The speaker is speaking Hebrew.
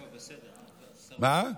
מה?